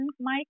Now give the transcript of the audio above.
Mike